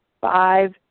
Five